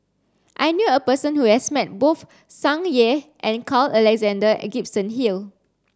I knew a person who has met both Tsung Yeh and Carl Alexander and Gibson Hill